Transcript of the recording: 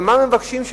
ומה מבקשים?